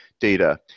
data